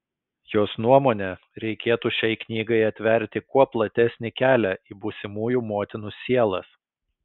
jos nuomone reikėtų šiai knygai atverti kuo platesnį kelią į būsimųjų motinų sielas